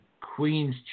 Queen's